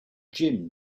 gym